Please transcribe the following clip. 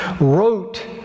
wrote